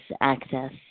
access